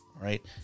right